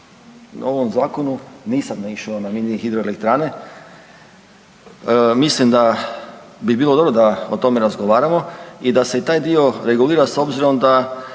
U ovom zakonu nisam naišao na mini hidroelektrane, mislim da bi bilo dobro da o tome razgovaramo i da se i taj dio regulira s obzirom da